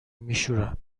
میشورن